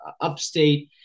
upstate